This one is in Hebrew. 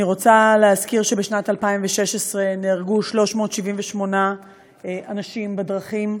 אני רוצה להזכיר שבשנת 2016 נהרגו 378 אנשים בדרכים.